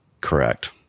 Correct